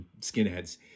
skinheads